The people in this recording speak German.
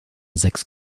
sechs